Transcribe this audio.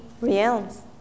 realms